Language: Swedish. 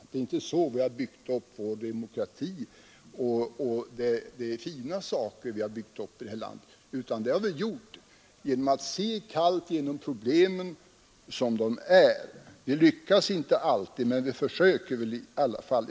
Det är inte så vi har byggt upp vår demokrati, och det är fina saker vi har byggt upp här i landet. Det har vi gjort genom att kallt se problemen sådana de är. Det lyckas inte alltid, men vi försöker i alla fall.